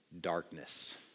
darkness